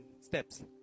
steps